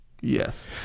Yes